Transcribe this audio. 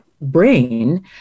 brain